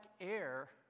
air